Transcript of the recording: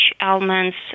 almonds